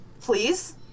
Please